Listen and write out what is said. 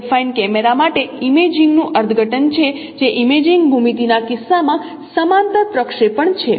તેથી આ affine camera માટે ઇમેજિંગનું અર્થઘટન છે જે ઇમેજિંગ ભૂમિતિના કિસ્સામાં સમાંતર પ્રક્ષેપણ છે